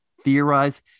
theorize